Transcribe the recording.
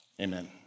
Amen